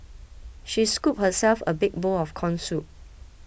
she scooped herself a big bowl of Corn Soup